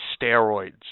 steroids